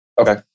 okay